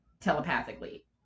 telepathically